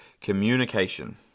communication